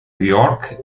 york